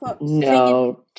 no